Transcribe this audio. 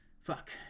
fuck